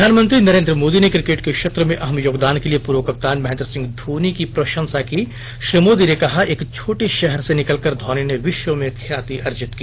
प्रधानमंत्री नरेंद्र मोदी ने क्रिकेट के क्षेत्र में अहम योगदान के लिए पूर्व कप्तान महेंद्र सिंह धोनी की प्रशंसा की श्री मोदी ने कहा एक छोटे शहर से निकलकर धौनी ने विश्व में ख्याति अर्जित की